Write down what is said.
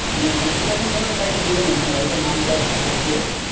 মানে মানে কীরকম ধরনের গাড়িটা দেবেন আমি মানে গাড়িটার নামটা জানতে চাইছি আর কি